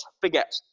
forget